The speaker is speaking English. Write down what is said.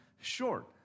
short